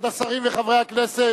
והשר לשעבר מאיר שטרית,